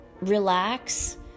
relax